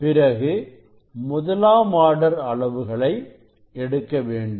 பிறகு முதலாம் ஆர்டர் அளவுகளை எடுக்க வேண்டும்